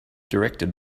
directed